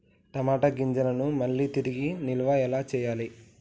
టమాట గింజలను మళ్ళీ తిరిగి నిల్వ ఎలా చేయాలి?